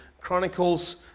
Chronicles